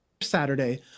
Saturday